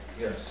Yes